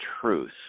truth